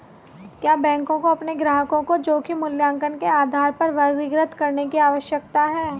क्या बैंकों को अपने ग्राहकों को जोखिम मूल्यांकन के आधार पर वर्गीकृत करने की आवश्यकता है?